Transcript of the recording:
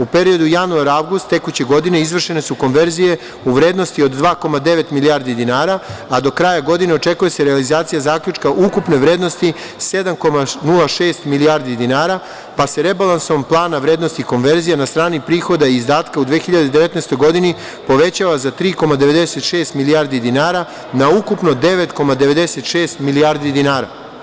U periodu januar – avgust tekuće godine izvršene su konverzije u vrednosti od 2,9 milijardi dinara, a do kraja godine očekuje se realizacija zaključka ukupne vrednosti 7,06 milijardi dinara, pa se rebalansom plana vrednosti konverzije na strani prihoda i izdataka u 2019. godini povećava za 3,96 milijardi dinara na ukupno 9,96 milijardi dinara.